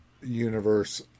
Universe